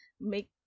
make